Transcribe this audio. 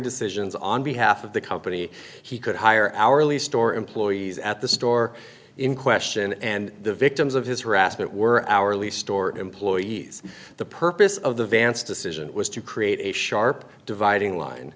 decisions on behalf of the company he could hire hourly store employees at the store in question and the victims of his harassment were hourly store employees the purpose of the vance decision was to create a sharp dividing line